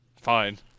fine